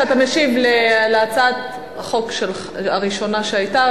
שאתה משיב על ההצעה הראשונה שהיתה,